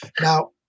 Now